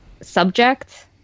subject